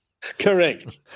Correct